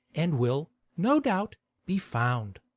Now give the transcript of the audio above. and will no doubt be found.